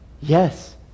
Yes